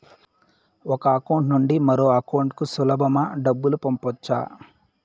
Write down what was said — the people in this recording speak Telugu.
ఒక అకౌంట్ నుండి మరొక అకౌంట్ కు సులభమా డబ్బులు పంపొచ్చా